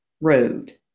Road